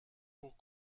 pour